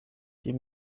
die